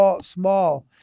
small